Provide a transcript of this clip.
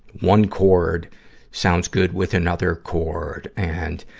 one chord sounds good with another chord. and,